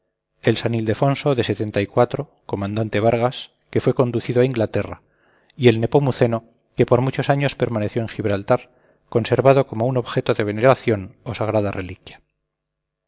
el san ildefonso de comandante vargas que fue conducido a inglaterra y el nepomuceno que por muchos años permaneció en gibraltar conservado como un objeto de veneración o sagrada reliquia